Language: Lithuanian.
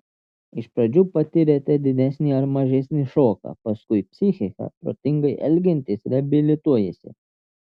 iš pradžių patiriate didesnį ar mažesnį šoką paskui psichika protingai elgiantis reabilituojasi